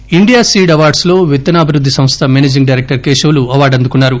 award India seed awards లో విత్తనాభివృద్ది సంస్థ మేనేజింగ్ డైరెక్టర్ కేశవులు అవార్గు అందుకున్నారు